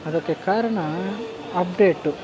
ಅದಕ್ಕೆ ಕಾರಣ ಅಪ್ಡೇಟು